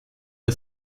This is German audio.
bei